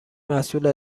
محصول